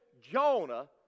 Jonah